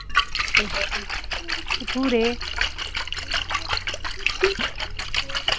ते भठूरे